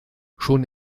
schon